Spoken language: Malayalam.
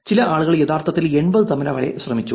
ചില ആളുകൾ യഥാർത്ഥത്തിൽ 80 തവണ വരെ ശ്രമിച്ചു